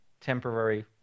temporary